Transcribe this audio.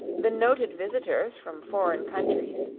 the noted visitors from foreign countries,